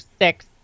six